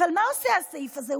אבל מה עושה הסעיף הזה?